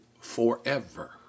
forever